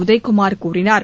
உதயகுமார் கூறினார்